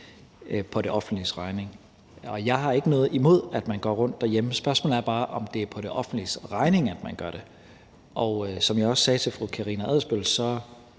på det offentliges regning. Jeg har ikke noget imod, at man går rundt derhjemme; spørgsmålet er bare, om det er på det offentliges regning, at man gør det. Som jeg også sagde til fru Karina Adsbøl,